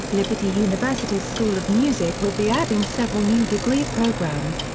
liberty university's school of music will be adding several new degree programs,